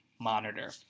monitor